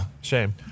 Shame